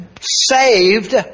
saved